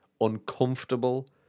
Uncomfortable